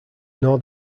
nor